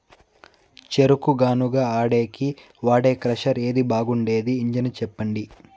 చెరుకు గానుగ ఆడేకి వాడే క్రషర్ ఏది బాగుండేది ఇంజను చెప్పండి?